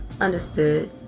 Understood